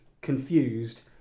confused